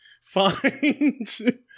find